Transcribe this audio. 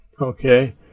Okay